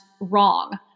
wrong